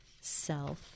self